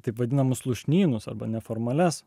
taip vadinamus lūšnynus arba neformalias